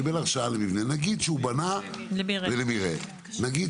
הוא קיבל הרשאה למבנה --- לימור סון הר מלך (עוצמה יהודית): למרעה.